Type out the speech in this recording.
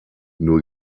nur